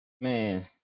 Man